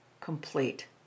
complete